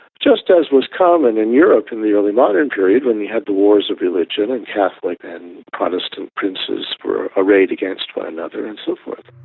just as was common in europe in the early modern period when we had the wars of religion and catholic and protestant princes were arrayed against one another and so forth.